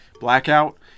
Blackout